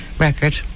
record